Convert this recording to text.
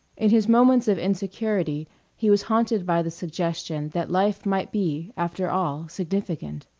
in his moments of insecurity he was haunted by the suggestion that life might be, after all, significant.